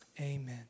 Amen